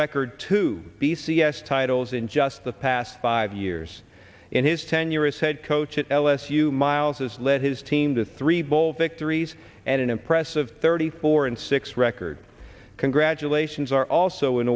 record to b c s titles in just the past five years in his tenure as head coach at ls you miles has led his team to three bowl victories and an impressive thirty four and six record congratulations are also in